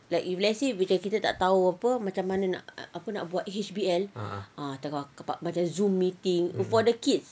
like if let's say macam kita tak tahu apa macam mana apa nak buat apa H_B_L ah macam dekat apa zoom meeting for the kids